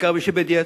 בעיקר מי שבדיאטה.